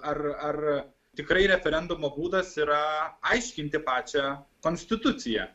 ar ar tikrai referendumo būdas yra aiškinti pačią konstituciją